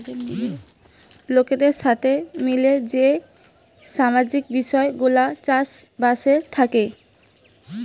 লোকদের সাথে মিলিয়ে যেই সামাজিক বিষয় গুলা চাষ বাসে থাকে